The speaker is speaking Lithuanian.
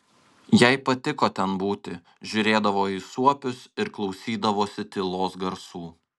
jai patiko ten būti žiūrėdavo į suopius ir klausydavosi tylos garsų